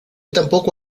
tampoco